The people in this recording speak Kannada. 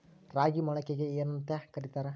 ರಾಗಿ ಮೊಳಕೆಗೆ ಏನ್ಯಾಂತ ಕರಿತಾರ?